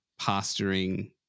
pastoring